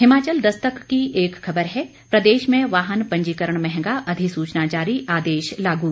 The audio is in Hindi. हिमाचल दस्तक की एक खबर है प्रदेश में वाहन पंजीकरण महंगा अधिसूचना जारी आदेश लागू